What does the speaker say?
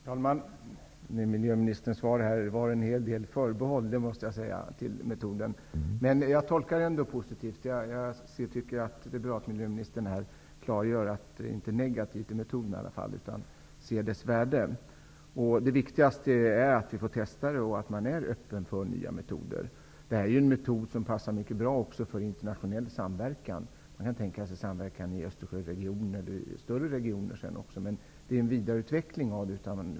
Herr talman! Jag måste säga att miljöministern i sitt svar gav en hel del förbehåll till metoden. Men jag tolkar ändå svaret positivt. Det är bra att miljöministern klargör att han i alla fall inte är negativ till metoden utan att han ser dess värde. Det viktigaste är att vi får testa den och att man är öppen för nya metoder. Det här är ju en metod som passar mycket bra också för internationell samverkan. Man kan tänka sig samverkan i Östersjöregionen och sedan också i större regioner, men det blir i så fall en vidareutveckling.